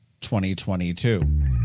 2022